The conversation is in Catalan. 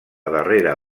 darrera